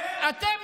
איפה אנחנו?